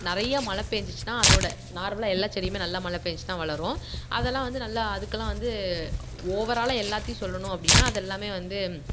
நிறையா மழை பேய்ஞ்சிச்சினா அதோடு நார்மலாக எல்லா செடியுமே நல்லா மழை பேய்ஞ்சிச்சினா வளரும் அதெல்லாம் வந்து நல்லா அதுக்கெல்லாம் வந்து ஓவரால் எல்லாத்தையும் சொல்லணும் அப்படின்னா அது எல்லாமே வந்து